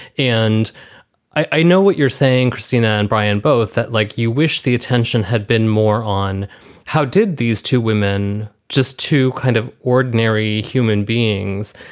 and i know what you're saying, christina and brian, both that, like you wish the attention had been more on how did these two women, just to kind of ordinary human beings,